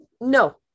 No